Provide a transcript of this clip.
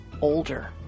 older